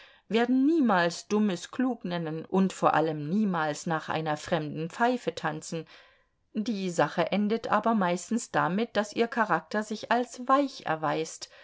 werden niemals dummes klug nennen und vor allem niemals nach einer fremden pfeife tanzen die sache endet aber meistens damit daß ihr charakter sich als weich erweist